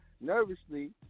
nervously